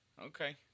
Okay